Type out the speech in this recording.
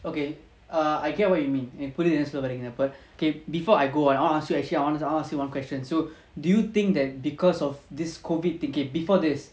okay err I get what you mean and எனக்குபுரியுதுஎன்னசொல்லவரீங்கனு:enaku puriuthu enna solla vareenganu okay before I go on I want to ask you actually I wanted to ask you one question so do you think that because of this COVID thing okay before this